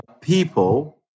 people